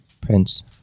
Prince